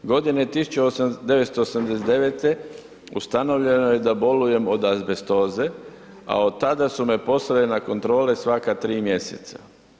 Godine 1989. ustanovljeno je da bolujem od azbestoze a od tada su me poslali na kontrole svaka 3 mjeseca.